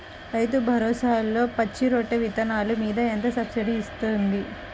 రైతు భరోసాలో పచ్చి రొట్టె విత్తనాలు మీద ఎంత సబ్సిడీ ఇస్తుంది?